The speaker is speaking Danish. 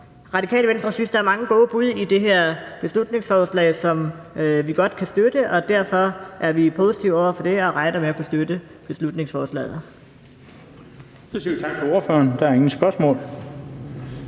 Radikale Venstre synes, at der er mange gode bud i det her beslutningsforslag, som vi godt kan støtte. Derfor er vi positive over for det her og regner med at kunne støtte beslutningsforslaget